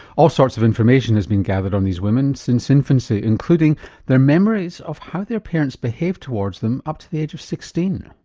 all sorts of information has been gathered on these women since infancy including their memories of how their parents behaved towards them up to the age of sixteen.